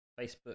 Facebook